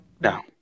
No